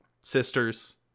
sisters